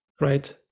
right